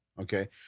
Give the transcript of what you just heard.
Okay